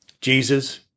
Jesus